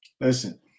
Listen